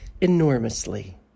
enormously